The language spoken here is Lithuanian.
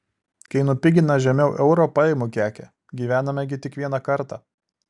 kai nupigina žemiau euro paimu kekę gyvename gi tik vieną kartą